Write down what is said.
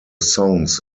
songs